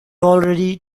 already